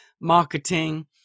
marketing